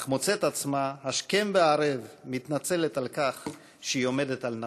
אך מוצאת עצמה השכם והערב מתנצלת על כך שהיא עומדת על נפשה.